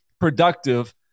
productive